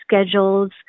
schedules